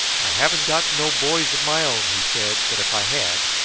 i haven't got no boys of my own, he said, but if i had,